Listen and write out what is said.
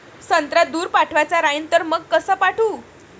संत्रा दूर पाठवायचा राहिन तर मंग कस पाठवू?